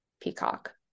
Peacock